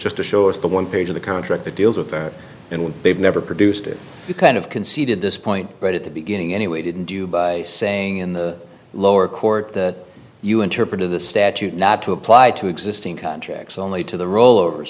just to show us the one page of the contract that deals with that and when they've never produced it you could have conceded this point right at the beginning anyway didn't do by saying in the lower court that you interpreted the statute not to apply to existing contracts only to the rollovers